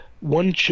One